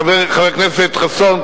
חבר הכנסת יואל חסון,